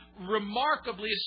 remarkably